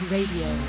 Radio